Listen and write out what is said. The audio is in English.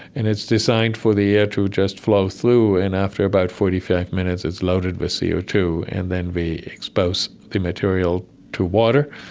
and it's designed for the air to just flow through, and after about forty five minutes it's loaded with c o two, and then we expose the material to water.